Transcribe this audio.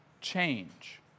change